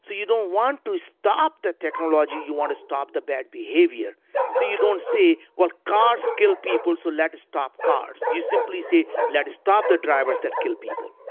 so you don't want to stop the technology, you want to stop the bad behavior so you don't say, well cars kill people, so let's stop cars. you simply say, let's stop the drivers that kill people.